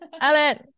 Alan